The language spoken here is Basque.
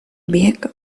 biek